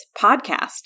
podcast